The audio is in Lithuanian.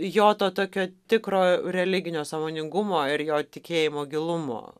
jo to tokio tikro religinio sąmoningumo ir jo tikėjimo gilumo